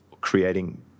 creating